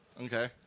Okay